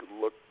look